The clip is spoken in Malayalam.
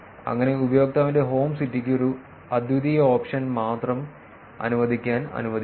അങ്ങനെ ഉപയോക്താവിന്റെ ഹോം സിറ്റിക്ക് ഒരു അദ്വിതീയ ഓപ്ഷൻ മാത്രം അനുവദിക്കാൻ അനുവദിക്കുന്നു